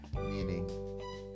meaning